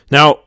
Now